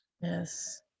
Yes